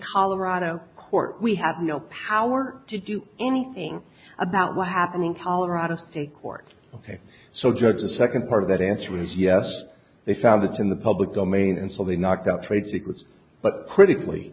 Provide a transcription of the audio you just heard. colorado court we have no power to do anything about what's happening colorado state court ok so judge the second part of that answer is yes they found it in the public domain and so they knocked out trade secrets but critically